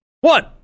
one